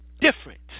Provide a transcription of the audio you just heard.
different